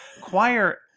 Choir